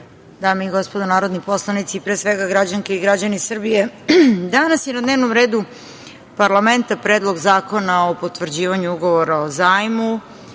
dame i gospodo narodni poslanici, pre svega građanke i građani Srbije, danas je na dnevnom redu parlamenta Predlog zakona o potvrđivanju Ugovora o zajmu,